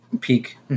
peak